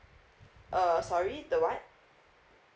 uh sorry the what